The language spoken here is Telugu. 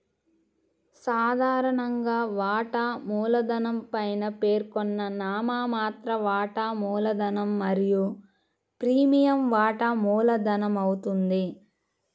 సాధారణంగా, వాటా మూలధనం పైన పేర్కొన్న నామమాత్ర వాటా మూలధనం మరియు ప్రీమియం వాటా మూలధనమవుతుంది